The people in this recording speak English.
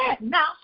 Now